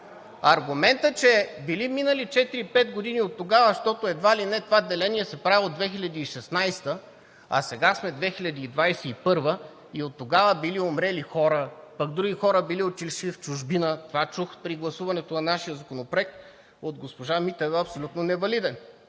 Аргументът, че били минали четири – пет години оттогава, защото едва ли не това деление се прави от 2016 г., а сега сме 2021 г. и оттогава били умрели хора, пък други хора били отишли в чужбина – това чух при гласуването на нашия законопроект от госпожа Митева, е абсолютно невалиден,